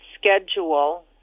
schedule